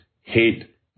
hate